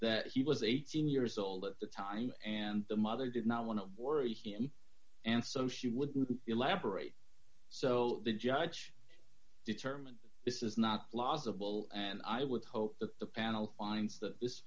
that he was eighteen years old at the time and the mother did not want to worry him and so she wouldn't elaborate so the judge determined this is not plausible and i would hope that the panel find